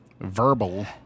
verbal